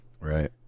right